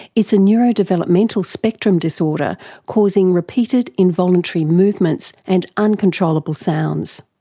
it's a neurodevelopmental spectrum disorder causing repeated involuntary movements and uncontrollable sounds,